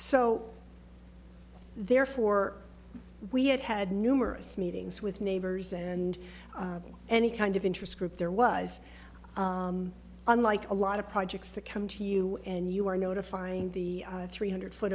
so therefore we had had numerous meetings with neighbors and any kind of interest group there was unlike a lot of projects that come to you and you are notifying the three hundred